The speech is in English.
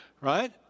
right